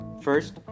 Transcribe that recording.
First